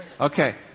Okay